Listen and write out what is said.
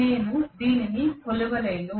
నేను దానిని కొలవలేను